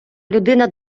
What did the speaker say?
людина